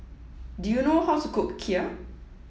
do you know how to cook Kheer